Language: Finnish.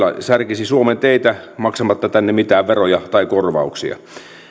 särkisi suomen teitä maksamatta tänne mitään veroja tai korvauksia